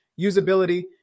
usability